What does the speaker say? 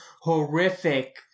horrific